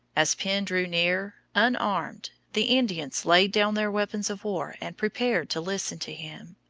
as penn drew near, unarmed, the indians laid down their weapons of war and prepared to listen to him.